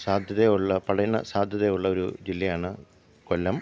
സാധ്യതയുള്ള പഠന സാധ്യത ഉള്ളൊരു ജില്ലയാണ് കൊല്ലം